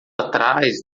atrás